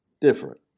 different